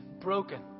broken